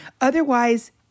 Otherwise